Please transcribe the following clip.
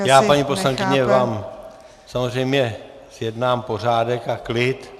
Já vám, paní poslankyně, samozřejmě zjednám pořádek a klid.